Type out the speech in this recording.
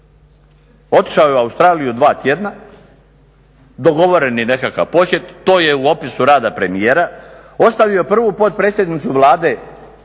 otišao je u Australiju dva tjedna, dogovoren je nekakav posjet, to je u opisu rada premijera, ostavio prvu potpredsjednicu Vlade